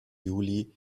juli